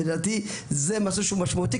ולדעתי זה משהו שהוא משמעותי,